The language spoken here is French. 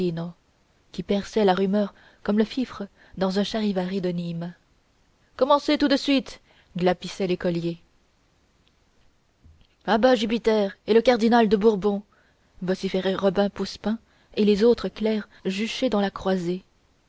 qui perçait la rumeur comme le fifre dans un charivari de nîmes commencez tout de suite glapissait l'écolier à bas jupiter et le cardinal de bourbon vociféraient robin poussepain et les autres clercs juchés dans la croisée